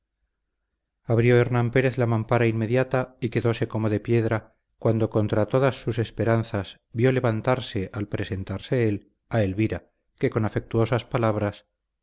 abrió hernán pérez la mampara inmediata y quedóse como de piedra cuando contra todas sus esperanzas vio levantarse al presentarse él a elvira que con afectuosas palabras